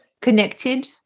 connected